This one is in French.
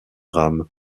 rame